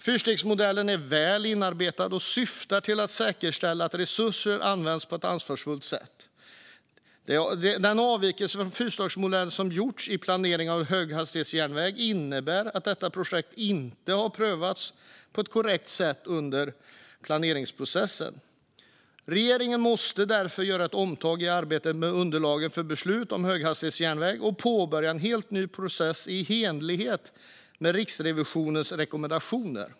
Fyrstegsmodellen är väl inarbetad och syftar till att säkerställa att resurser används på ett ansvarsfullt sätt. Den avvikelse från fyrstegsmodellen som har gjorts i planeringen av höghastighetsjärnväg innebär att detta projekt inte har prövats på ett korrekt sätt under planeringsprocessen. Regeringen måste därför göra ett omtag i arbetet med underlagen för beslut om höghastighetsjärnväg och påbörja en helt ny process i enlighet med Riksrevisionens rekommendationer.